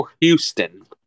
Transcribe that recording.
Houston